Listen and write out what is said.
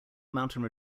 mountain